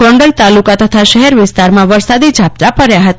ગોંડલ તાલુકા તથા શહેર વિસ્તારમાં વરસાદી ઝાપટા પડ્યા હતા